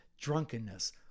drunkenness